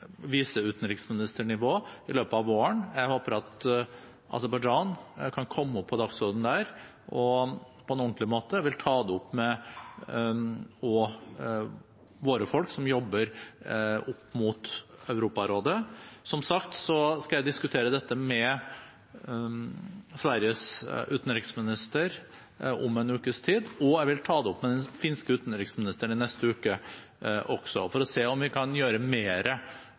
viseutenriksministernivå i løpet av våren. Jeg håper at Aserbajdsjan kan komme på dagsordenen der, og at man vil ta det opp på en ordentlig måte også med våre folk som jobber opp mot Europarådet. Jeg skal som sagt diskutere dette med Sveriges utenriksminister om en ukes tid, og jeg vil ta det opp med den finske utenriksministeren i neste uke, for å se om vi kan gjøre mer